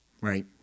right